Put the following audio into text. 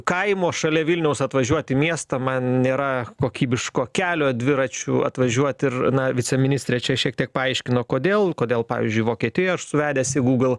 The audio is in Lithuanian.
kaimo šalia vilniaus atvažiuoti į miestą man nėra kokybiško kelio dviračiu atvažiuot ir na viceministrė čia šiek tiek paaiškino kodėl kodėl pavyzdžiui vokietijoj aš suvedęs į google